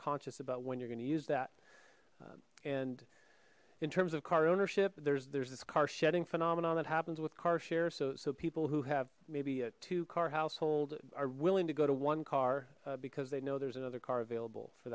conscious about when you're gonna use that and in terms of car ownership there's there's this car shedding phenomenon that happens with car share so people who have maybe a two car household are willing to go to one car because they know there's another